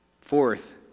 Fourth